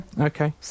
okay